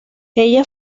ella